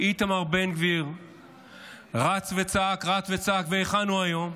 איתמר בן גביר רץ וצעק ורץ וצעק, והיכן הוא היום?